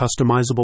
customizable